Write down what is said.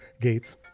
gates